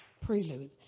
Prelude